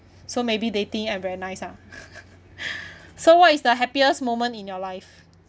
so maybe they think I'm very nice ah so what is the happiest moment in your life